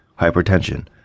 hypertension